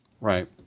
Right